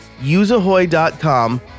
useahoy.com